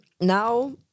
Now